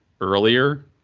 earlier